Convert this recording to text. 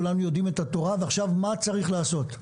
כולנו יודעים את התורה ועכשיו מה צריך לעשות.